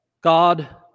God